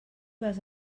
vas